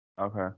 okay